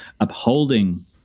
upholding